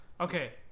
Okay